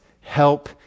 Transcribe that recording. help